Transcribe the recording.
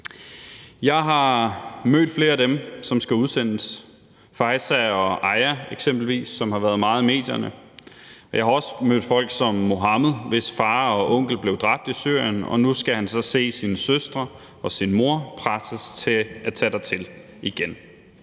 Jeg har mødt flere af dem, som skal udsendes, eksempelvis Faeza og Aya, som har været meget i medierne, og jeg har også mødt folk som Mohammed, hvis far og onkel blev dræbt i Syrien, og som så nu skal se sin søstre og sin mor presset til at tage dertil igen